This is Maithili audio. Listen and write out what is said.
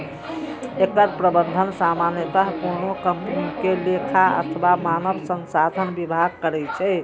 एकर प्रबंधन सामान्यतः कोनो कंपनी के लेखा अथवा मानव संसाधन विभाग करै छै